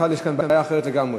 בכלל יש כאן בעיה אחרת לגמרי.